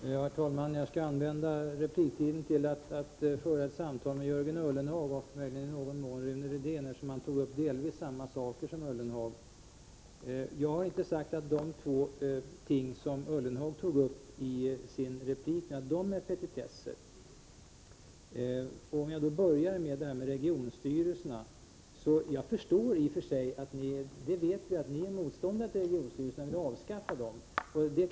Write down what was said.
Herr talman! Jag skall använda min repliktid till att bemöta Jörgen Ullenhag och möjligen i någon mån Rune Rydén, eftersom han tog upp delvis samma saker som Ullenhag. Jag har inte sagt att de två ting som Ullenhag tog upp i sin replik är petitesser. Låt mig börja med frågan om regionstyrelserna. Jag vet och förstår i och för sig att ni är motståndare till regionstyrelserna och vill avskaffa dem.